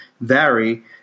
vary